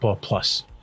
plus